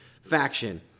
faction